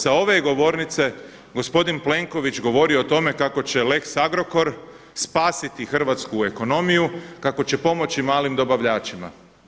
Sa ove je govornice gospodin Plenković govorio o tome kako će lex Agrokor spasiti hrvatsku ekonomiju, kako će pomoći malim dobavljačima.